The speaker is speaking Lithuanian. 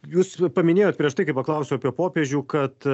jūs paminėjot prieš tai kai paklausiau apie popiežių kad